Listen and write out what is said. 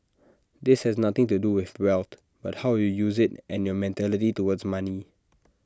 this has nothing to do with wealth but how you use IT and your mentality towards money